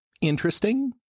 interesting